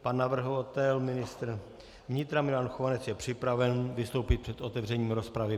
Pan navrhovatel ministr vnitra Milan Chovanec je připraven vystoupit před otevřením rozpravy.